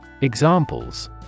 Examples